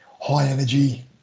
high-energy